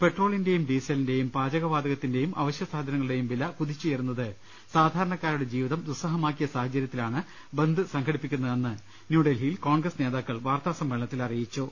പെട്രോളിന്റെയും ഡീസലിന്റെയും പാചക വാതകത്തിന്റെയും അവശ്യസാധനങ്ങളുടെയും വില കുതിച്ചുയരുന്നത് സാധാര ണക്കാരുടെ ജീവിതം ദുസ്സഹമാക്കിയ സാഹചര്യത്തിലാണ് ബന്ദ് സംഘടിപ്പിക്കു ന്നതെന്ന് ന്യൂഡൽഹിയിൽ കോൺഗ്രസ് നേതാക്കൾ സംയുക്ത വാർത്താസമ്മേള നത്തിൽ അറിയിച്ചു